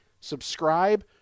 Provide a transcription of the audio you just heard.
subscribe